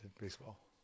baseball